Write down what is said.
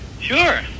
Sure